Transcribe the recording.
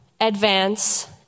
advance